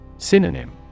Synonym